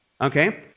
Okay